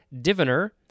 diviner